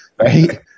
right